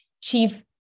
chief